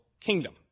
kingdom